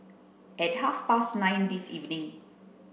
at half past nine this evening